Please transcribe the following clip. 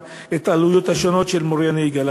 את העלויות השונות של מורי הנהיגה.